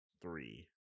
three